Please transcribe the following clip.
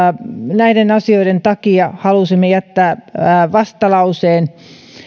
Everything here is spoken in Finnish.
näiden asioiden takia halusimme jättää vastalauseen